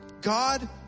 God